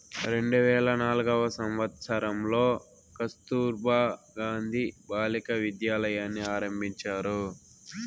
రెండు వేల నాల్గవ సంవచ్చరంలో కస్తుర్బా గాంధీ బాలికా విద్యాలయని ఆరంభించారు